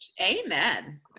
Amen